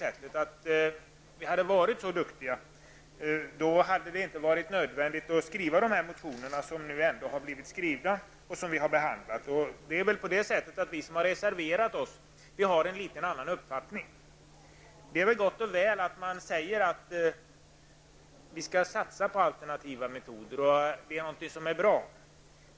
Men om vi hade varit så duktiga, skulle det ju inte ha varit nödvändigt att väcka de motioner som nu finns och som har behandlats i utskottet. Vi reservanter har en något avvikande uppfattning. Det är nog gott och väl att det sägs att vi skall satsa på alternativa metoder och att det är bra med sådana.